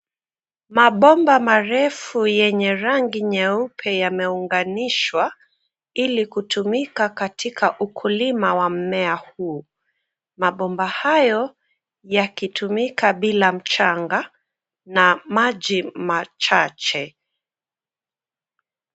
Mabomba marefu yenye rangi nyeupe yameunganishwa ili kutumika katika ukulima wa mmea huu. Mabomba hayo yakitumika bila mchanga na maji machache.